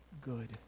good